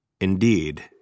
Indeed